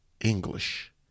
English